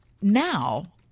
now